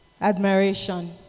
admiration